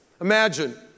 Imagine